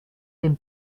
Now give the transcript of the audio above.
dem